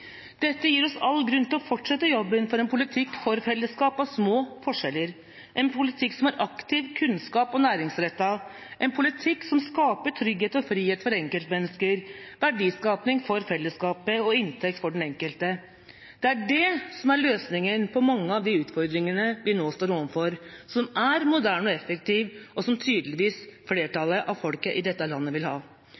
Dette gir oss all grunn til å fortsette jobben for en politikk for fellesskap og små forskjeller, en politikk som er aktiv, kunnskaps- og næringsrettet, en politikk som skaper trygghet og frihet for enkeltmennesker, verdiskaping for fellesskapet og inntekt for den enkelte. Det er det som er løsningen på mange av de utfordringene vi nå står overfor, en løsning som er moderne og effektiv, og som tydeligvis flertallet av folket i dette landet vil ha.